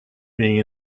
being